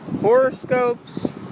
horoscopes